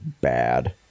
bad